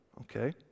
Okay